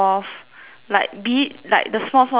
like be it like the small small things that